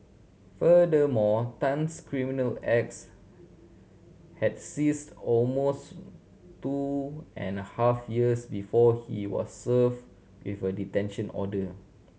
furthermore Tan's criminal acts had ceased almost two and a half years before he was served with a detention order